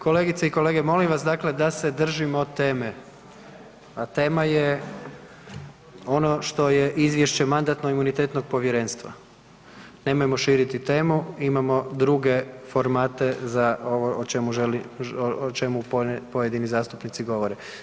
Kolegice i kolege molim vas dakle da se držimo teme, a tema je ono što je izvješće Mandatno-imunitetnog povjerenstva, nemojmo širiti temu imamo druge formate o čemu želi, o čemu pojedini zastupnici govore.